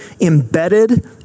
embedded